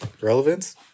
Relevance